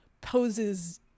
poses